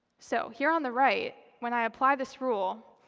so here on the right, when i apply this rule,